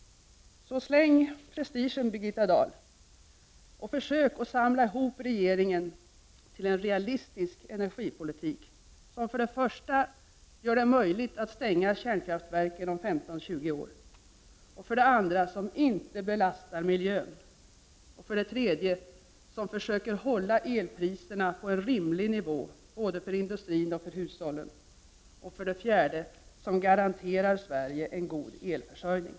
Släng prestigen, Birgitta Dahl, och försök samla ihop regeringen till en realistisk energipolitik! En energipolitik som för det första gör det möjligt att stänga kärnkraftverken om 10-20 år, för det andra inte belastar miljön, för det tredje försöker hålla elpriserna på en rimlig nivå för både industrin och hushållen och för det fjärde garanterar Sverige en god elförsörjning.